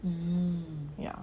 yeah